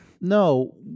No